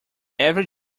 every